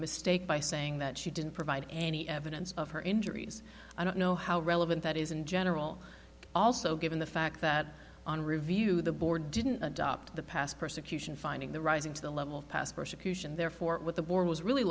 mistake by saying that she didn't provide any evidence of her injuries i don't know how relevant that is in general also given the fact that on review the board didn't adopt the past persecution finding the rising to the level of past persecution therefore what the board was really